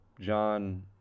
john